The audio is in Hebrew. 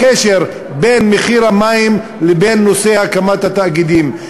קשר בין מחיר המים לבין נושא הקמת התאגידים.